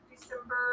december